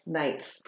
nights